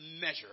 measure